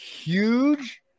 huge